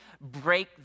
break